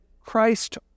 Christ